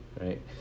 right